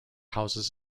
houses